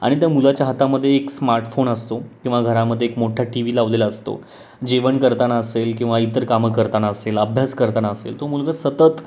आणि त्या मुलाच्या हातामध्ये एक स्मार्टफोन असतो किंवा घरामध्ये एक मोठा टी व्ही लावलेला असतो जेवण करताना असेल किंवा इतर कामं करताना असेल अभ्यास करताना असेल तो मुलगा सतत